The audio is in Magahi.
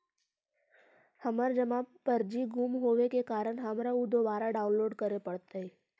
हमर जमा पर्ची गुम होवे के कारण हमारा ऊ दुबारा डाउनलोड करे पड़तई